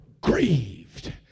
grieved